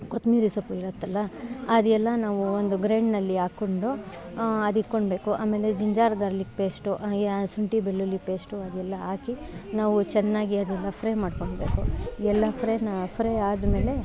ಕೊತ್ತಂಬ್ರಿ ಸೊಪ್ಪು ಇರುತ್ತಲ್ಲ ಅದೆಲ್ಲ ನಾವು ಒಂದು ಗ್ರೈಂಡ್ನಲ್ಲಿ ಹಾಕ್ಕೊಂಡು ಅದಿಟ್ಕೋಳ್ಬೇಕು ಆಮೇಲೆ ಜಿಂಜರ್ ಗಾರ್ಲಿಕ್ ಪೇಸ್ಟು ಯಾ ಶುಂಠಿ ಬೆಳ್ಳುಳ್ಳಿ ಪೇಶ್ಟು ಅದೆಲ್ಲ ಹಾಕಿ ನಾವು ಚೆನ್ನಾಗಿ ಅದನ್ನು ಫ್ರೈ ಮಾಡ್ಕೊಳ್ಬೇಕು ಎಲ್ಲ ಫ್ರೈನ ಫ್ರೈ ಆದಮೇಲೆ